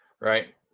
Right